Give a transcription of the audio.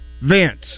Vince